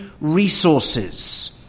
resources